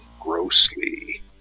grossly